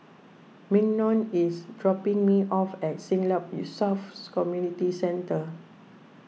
Mignon is dropping me off at Siglap you selves Community Centre